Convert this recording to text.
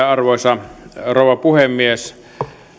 arvoisa rouva puhemies